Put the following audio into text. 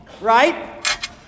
right